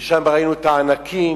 ושם ראינו את הענקים,